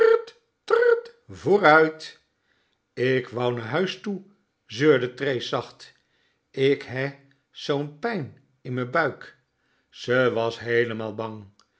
vooruit ik wou na huis toe zeurde trees zacht k hè zoon pijn in me buik ze was heelemaal bang